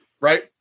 right